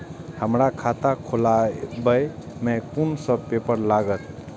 हमरा खाता खोलाबई में कुन सब पेपर लागत?